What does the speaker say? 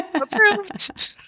approved